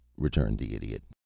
returned the idiot.